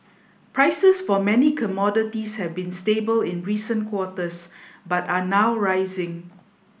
prices for many commodities have been stable in recent quarters but are now rising